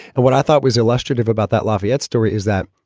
and what i thought was illustrative about that lafayette story is that.